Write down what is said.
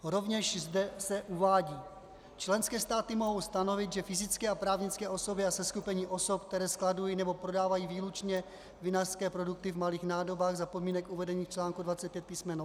Rovněž zde se uvádí: Členské státy mohou stanovit, že fyzické a právnické osoby a seskupení osob, které skladují nebo prodávají výlučně vinařské produkty v malých nádobách za podmínek uvedených v článku 25 písm.